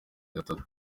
gatatu